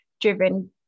driven